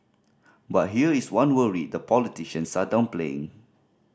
but here is one worry the politicians are downplaying